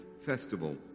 festival